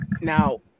Now